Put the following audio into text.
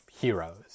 heroes